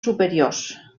superiors